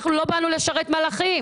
אנחנו לא באנו לשרת מלכים.